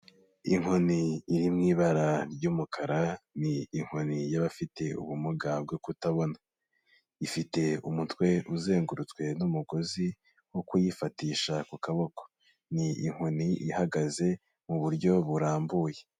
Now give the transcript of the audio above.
Inkoni iri mu ibara ry'umukara, ni inkoni y'abafite ubumuga bwo kutabona. Ifite umutwe uzengurutswe n'umugozi wo kuyifatisha ku kaboko. Ni inkoni ihagaze mu buryo burambuye.